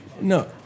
No